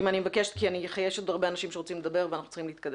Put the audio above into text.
כי יש עוד הרבה אנשים שרוצים לדבר ואנחנו צריכים להתקדם.